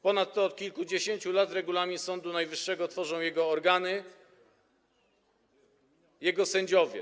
Ponadto od kilkudziesięciu lat Regulamin Sądu Najwyższego tworzą jego organy, jego sędziowie.